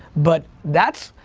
but that's,